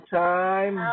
time